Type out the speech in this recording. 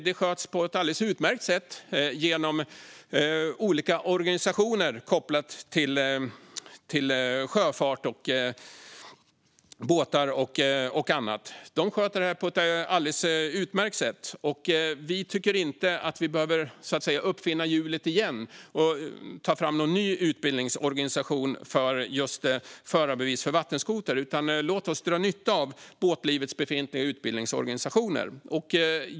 Det sköts på ett alldeles utmärkt sätt genom olika organisationer med koppling till sjöfart, båtar och annat. Vi tycker inte att vi behöver uppfinna hjulet igen och ta fram en ny utbildningsorganisation för just förarbevis för vattenskotrar. Låt oss dra nytta av båtlivets befintliga utbildningsorganisationer.